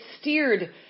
steered